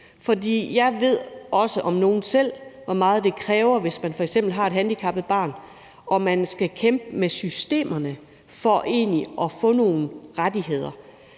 nogen også selv, hvor meget det kræver, hvis man f.eks. har et handicappet barn og man skal kæmpe med systemerne for at få nogle rettigheder.